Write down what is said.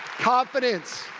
confidence.